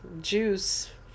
juice